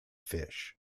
fish